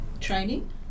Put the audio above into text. training